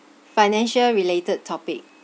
financial related topic